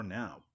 now